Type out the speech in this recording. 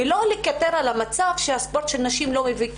ולא לקטר על המצב שספורט נשים לא מביא כסף,